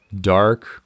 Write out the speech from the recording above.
dark